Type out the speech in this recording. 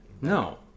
No